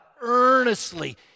earnestly